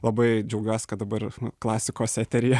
labai džiaugiuos kad dabar klasikos eteryje